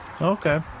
Okay